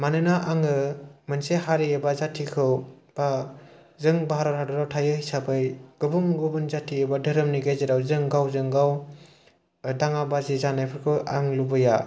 मानोना आङो मोनसे हारि एबा जातिखौ बा जों भारत हादराव थायो हिसाबै गुबुन गुबुन जाति एबा धोरोमनि गेजेराव जों गावजों गाव ओ दाङा बाजि जानायफोरखौ आं लुबैया